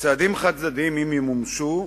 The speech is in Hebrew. לצעדים חד-צדדיים, אם ימומשו,